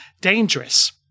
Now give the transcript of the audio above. dangerous